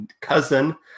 cousin